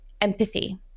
empathy